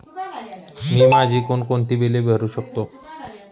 मी माझी कोणकोणती बिले भरू शकतो?